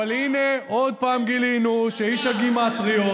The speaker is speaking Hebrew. אבל הינה, עוד פעם גילינו שאיש הגימטריות,